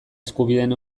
eskubideen